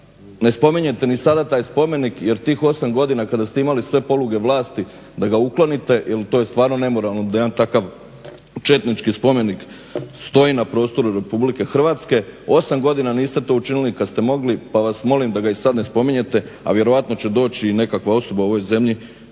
ne spominjete ni sada taj spomenik jer tih osam godina kada ste imali sve poluge vlasti da ga uklonite jer to je stvarno nemoralno da jedan takav četnički spomenik stoji na prostoru Republike Hrvatske. Osam godina niste to učinili kad ste mogli pa vas molim da ga i sad ne spominjete, a vjerojatno će doći i nekakva osoba u ovoj zemlji